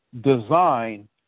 design